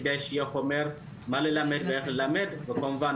כדי שיהיה חומר מה ללמד ואיך ללמד וכמובן,